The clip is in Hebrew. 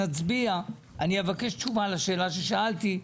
שנצביע, אני אבקש תשובה לשאלה ששאלתי.